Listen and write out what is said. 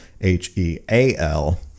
H-E-A-L